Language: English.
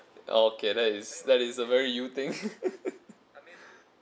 okay that is that is a very you thing